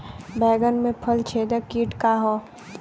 बैंगन में फल छेदक किट का ह?